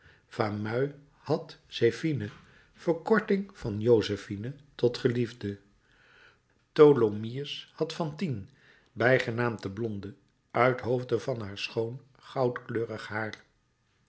fameuil had zephine verkorting van josephine tot geliefde tholomyès had fantine bijgenaamd de blonde uithoofde van haar schoon goudkleurig haar